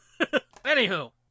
Anywho